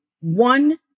One